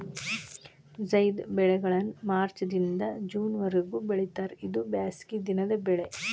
ಝೈದ್ ಬೆಳೆಗಳನ್ನಾ ಮಾರ್ಚ್ ದಿಂದ ಜೂನ್ ವರಿಗೂ ಬೆಳಿತಾರ ಇದು ಬ್ಯಾಸಗಿ ದಿನದ ಬೆಳೆ